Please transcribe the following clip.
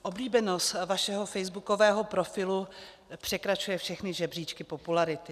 Oblíbenost vašeho facebookového profilu překračuje všechny žebříčky popularity.